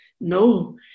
No